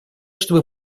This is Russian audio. чтобы